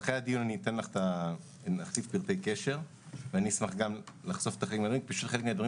אחרי הדיון נחליף פרטי קשר ואשמח לחשוף --- חלק מהדברים